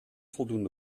voldoende